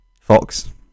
fox